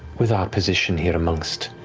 with our position here, amongst